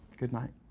good night.